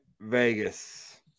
Vegas